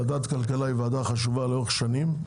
ועדת הכלכלה היא ועדה חשובה לאורך שנים,